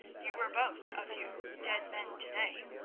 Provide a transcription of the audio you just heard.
you were both of you dead men to-day.